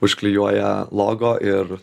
užklijuoja logo ir